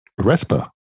Respa